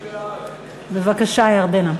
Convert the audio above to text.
בבקשה, ירדנה.